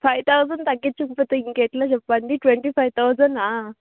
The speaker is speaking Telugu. ఫైవ్ థౌజండ్ తగ్గించకపోతే ఇంక ఎట్ల చెప్పండి ట్వంటీ ఫైవ్ థౌజండా